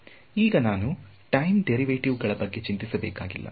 ಈಗ ನಾನು time derivative ಗಳ ಬಗ್ಗೆ ಚಿಂತಿಸಬೇಕಾಗಿಲ್ಲ